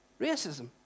Racism